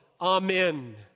amen